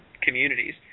communities